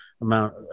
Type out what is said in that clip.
amount